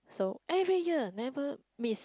so every year never miss